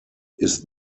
ist